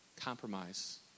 compromise